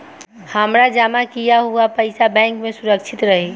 हमार जमा किया हुआ पईसा बैंक में सुरक्षित रहीं?